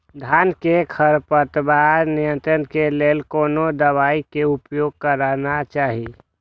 धान में खरपतवार नियंत्रण के लेल कोनो दवाई के उपयोग करना चाही?